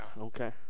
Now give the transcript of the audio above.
Okay